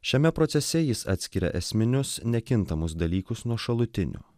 šiame procese jis atskiria esminius nekintamus dalykus nuo šalutinių